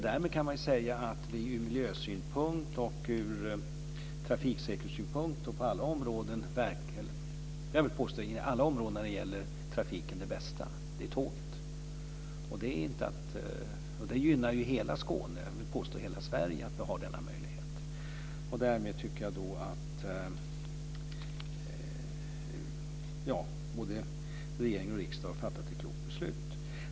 Därmed vill jag påstå att det bästa inom alla områden när det gäller trafiken är tåget. Det gynnar hela Skåne och hela Sverige att vi har denna möjlighet. Både regering och riksdag har fattat ett klokt beslut.